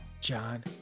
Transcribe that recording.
John